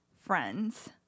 friends